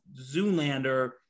Zoolander